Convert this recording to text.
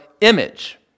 image